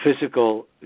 physical